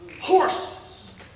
horses